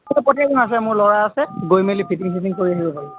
পঠিয়াই দিম আছে মোৰ ল'ৰা আছে গৈ মেলি ফিটিং চিটিং কৰি আহিব পাৰিব